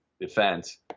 defense